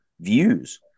views